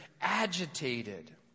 agitated